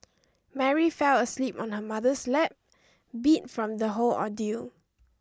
Mary fell asleep on her mother's lap beat from the whole ordeal